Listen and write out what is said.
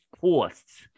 costs